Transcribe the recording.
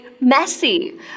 messy